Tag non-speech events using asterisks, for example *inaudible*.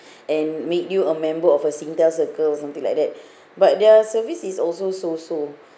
and make you a member of a singtel circle or something like that *breath* but their service is also so so